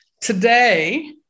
Today